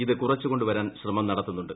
ഇത് കുറച്ചുകൊു വരാൻ ശ്രമം നടത്തുന്നുണ്ട്